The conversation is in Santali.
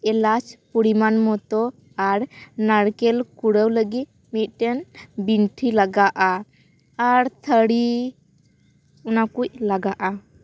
ᱮᱞᱟᱪ ᱯᱩᱨᱤᱢᱟᱱ ᱢᱚᱛᱚ ᱟᱨ ᱱᱟᱨᱠᱮᱞ ᱠᱩᱨᱟᱹᱣ ᱞᱟᱹᱜᱤᱫ ᱢᱤᱫᱴᱮᱱ ᱵᱤᱱᱴᱷᱤ ᱞᱟᱜᱟᱜᱼᱟ ᱟᱨ ᱛᱷᱟᱹᱨᱤ ᱚᱱᱟ ᱠᱩᱡ ᱞᱟᱜᱟᱜᱼᱟ